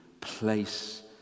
place